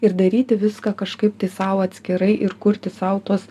ir daryti viską kažkaip tai sau atskirai ir kurti sau tuos